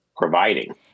providing